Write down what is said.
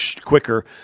quicker